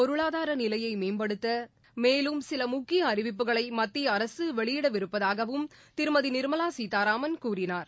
பொருளாதார நிலையை மேம்படுத்த மேலும் சில முக்கிய அறிவிப்புகளை மத்திய அரசு வெளியிடவிருப்பதாகவும் திருமதி நிர்மலா சீதாராமன்கூறினார்